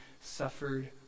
suffered